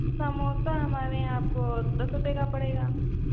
समोसा हमारे यहाँ आपको दस रुपये का पड़ेगा